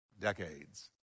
decades